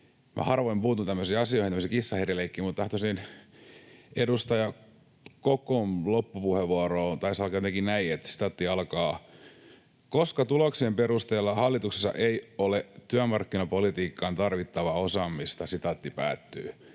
harvoin puutun tämmöisiin asioihin, tämmöiseen kissa ja hiiri ‑leikkiin — tahtoisin puuttua edustaja Kokon puheenvuoron loppuun. Se taisi alkaa jotenkin näin: ”Koska tuloksien perusteella hallituksessa ei ole työmarkkinapolitiikkaan tarvittavaa osaamista.” Minun mielestäni